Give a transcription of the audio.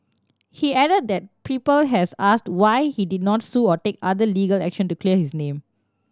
he added that people has asked why he did not sue or take other legal action to clear his name